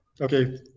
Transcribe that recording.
Okay